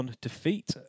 defeat